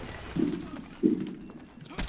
पच्चीस फ़रवरी आ दू हजार चारि